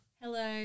Hello